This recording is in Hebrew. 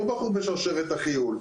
לא בחור בשרשרת החיול.